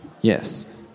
Yes